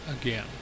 again